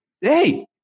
Hey